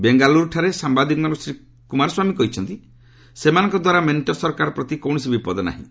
ବେଙ୍ଗାଲ୍ରରଠାରେ ସାମ୍ବାଦିକମାନଙ୍କୁ ଶ୍ରୀ କୁମାର ସ୍ୱାମୀ କହିଛନ୍ତି ସେମାନଙ୍କ ଦ୍ୱାରା ମେଣ୍ଟ ସରକାର ପ୍ରତି କୌରସି ବିପଦ ନାହିଁ